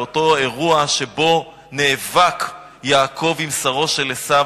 לאותו אירוע שבו נאבק יעקב עם שרו של עשיו,